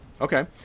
Okay